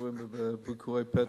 בביקורי פתע.